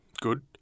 good